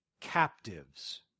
captives